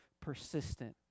persistent